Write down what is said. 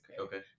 Okay